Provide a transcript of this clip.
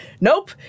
nope